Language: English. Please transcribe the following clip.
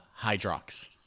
Hydrox